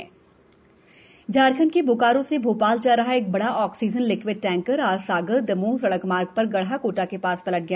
टैकर पलटा झारखंड के बोकारो से भोपाल जा रहा एक बड़ा आक्सीजन लिकिवड टैंकर आज साग़र दमोह सड़क मार्ग पर गढाकोटा के पास पलट गया